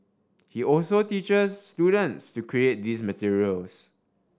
he also teachers students to create these materials